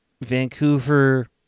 Vancouver